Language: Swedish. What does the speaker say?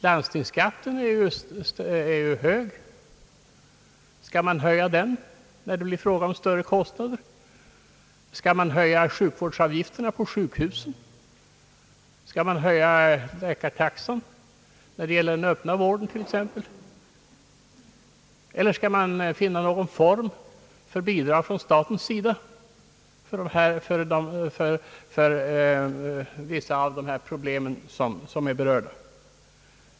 Landstingsskatten är ju hög — skall man höja den när kostnaderna blir större, skall man höja sjukvårdsavgifterna på sjukhusen, skall man höja läkartaxan t.ex. i den öppna vården eller skall man finna någon form för bidrag från staten då det gäller att lösa vissa av problemen?